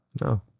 no